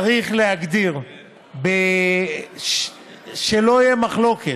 צריך להגדיר, שלא תהיה מחלוקת,